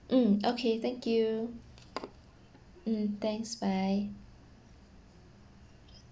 mm okay thank you mm thanks bye